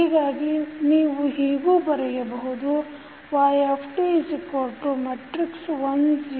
ಹೀಗಾಗಿ ನೀವು ಹೀಗೂ ಬರೆಯಬಹುದುyt1 0x1 x2